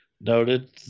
noted